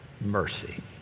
mercy